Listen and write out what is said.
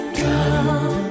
down